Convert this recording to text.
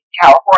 California